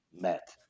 met